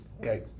Okay